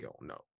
no